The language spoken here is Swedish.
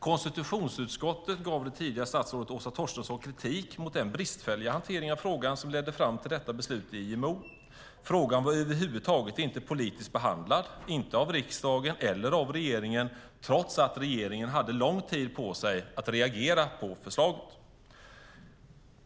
Konstitutionsutskottet gav det tidigare statsrådet Åsa Torstensson kritik för den bristfälliga hanteringen av frågan som ledde fram till detta beslut i IMO. Frågan var över huvud taget inte politiskt behandlad, inte av riksdagen eller av regeringen, trots att regeringen hade lång tid på sig att reagera på förslaget.